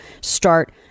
start